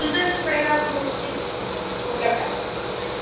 पुछना नहीं पड़ेगा आपको रोड से ही बोर्ड लगा है आप जान जाएंगी